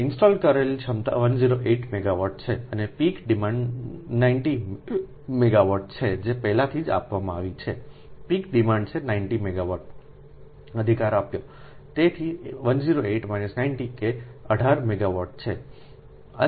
install કરેલી ક્ષમતા 108 megawatt છે અને પીક ડિમાન્ડ 90 મેગાવાટ છે જે પહેલેથી જ આપવામાં આવી છે પીક ડિમાન્ડ છે 90 મેગાવાટ અધિકાર આપ્યો તેથી 108 90 કે 18 મેગાવાટ છે